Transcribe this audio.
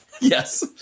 Yes